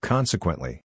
Consequently